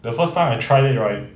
the first time I tried it right